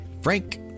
Frank